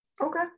okay